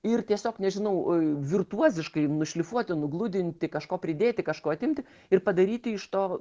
ir tiesiog nežinau virtuoziškai nušlifuoti nugludinti kažko pridėti kažko atimti ir padaryti iš to